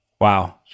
Wow